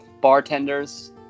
bartenders